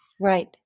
Right